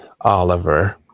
Oliver